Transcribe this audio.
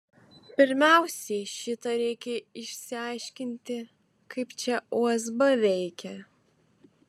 pirmiausiai šitą reikia išsiaiškinti kaip čia usb veikia